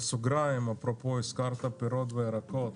בסוגריים, אפרופו, הזכרת את הפירות והירקות,